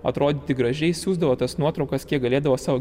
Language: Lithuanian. atrodyti gražiai siųsdavo tas nuotraukas kiek galėdavo sau